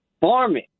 farming